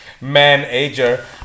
Manager